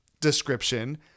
description